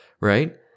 right